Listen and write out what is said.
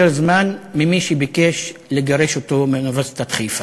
זמן ממי שביקש לגרש אותו מאוניברסיטת חיפה.